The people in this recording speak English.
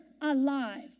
alive